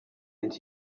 and